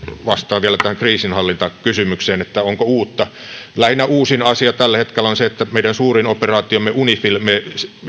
vastaan vielä tähän kriisinhallintakysymykseen että onko uutta lähinnä uusin asia tällä hetkellä on se että meidän suurinta operaatiotamme unifiliä me